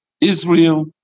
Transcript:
Israel